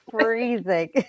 freezing